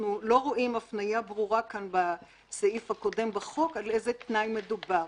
אנחנו לא רואים הפנייה ברור כאן בסעיף הקודם בחוק על איזה תנאי מדובר.